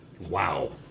Wow